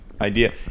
idea